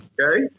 Okay